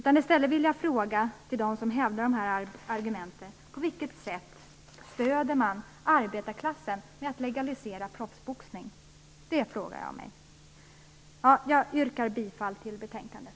Jag vill fråga dem som framför det argumentet: På vilket sätt stöder man arbetarklassen genom att legalisera proffsboxning? Det frågar jag mig. Jag yrkar bifall till betänkandet.